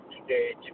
today